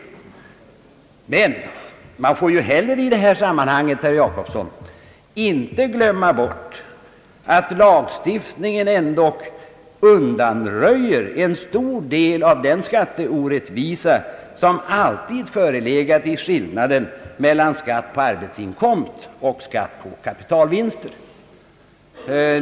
Emellertid får vi i detta sammanhang inte heller glömma bort, herr Jacobsson, att lagstiftningen faktiskt undanröjer en stor del av den skatteorättvisa som alltid förelegat i skillnaden mellan skatt på arbetsinkomst och skatt på kapitalvinster.